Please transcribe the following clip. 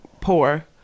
poor